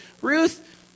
Ruth